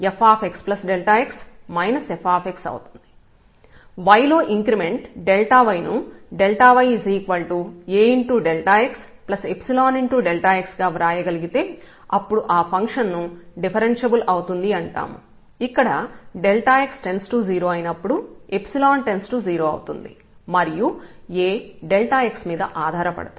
y లో increment y ను yAxϵx గా వ్రాయగలిగితే అప్పుడు ఆ ఫంక్షన్ ను డిఫరెన్ష్యబుల్ అవుతుంది అంటాము ఇక్కడ x→0 అయినప్పుడు →0 అవుతుంది మరియు A x మీద ఆధారపడదు